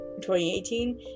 2018